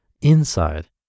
inside